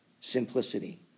simplicity